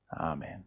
Amen